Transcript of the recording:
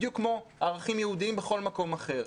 בדיוק כמו ערכים יהודיים בכל מקום אחר,